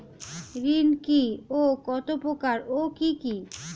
ঋণ কি ও কত প্রকার ও কি কি?